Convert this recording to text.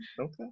Okay